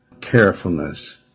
carefulness